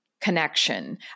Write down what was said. connection